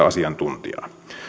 asiantuntijaa